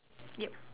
ya